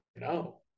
No